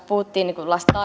puhuttiin